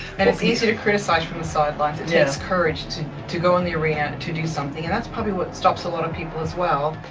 and it's easy to criticize from the sidelines. it takes courage to to go in the arena and to do something, and that's probably what stops a lot of people as well.